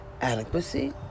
adequacy